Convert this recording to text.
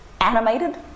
animated